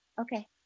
Okay